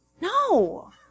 No